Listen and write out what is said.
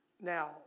Now